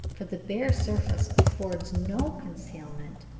for the bare surface affords no concealment,